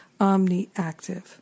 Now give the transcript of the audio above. omniactive